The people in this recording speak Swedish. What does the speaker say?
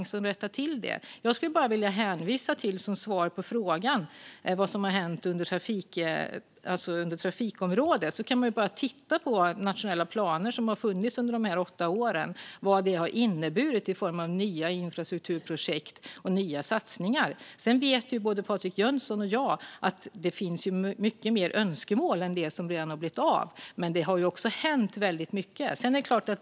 Som svar på frågan vad som har hänt på trafikområdet skulle jag vilja hänvisa till de nationella planer som har funnits under dessa åtta år och vad de har inneburit i form av nya infrastrukturprojekt och nya satsningar. Sedan vet ju både Patrik Jönsson och jag att det finns önskemål om mycket mer utöver det som redan har blivit av, men det har också hänt väldigt mycket.